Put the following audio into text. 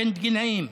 רנטגנאים.